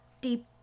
deep